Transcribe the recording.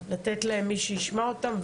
לתת להם מי שישמע אותם,